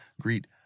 greet